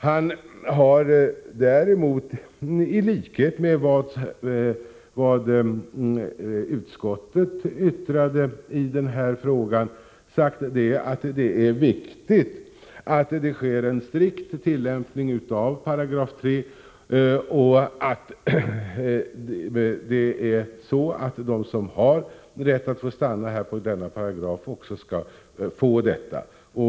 Däremot har han, i likhet med vad utskottet yttrade i denna fråga, sagt att det är viktigt att det sker en strikt tillämpning av 3§ och att de som har rätt att stanna här enligt denna paragraf också skall få göra det.